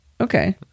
Okay